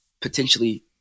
potentially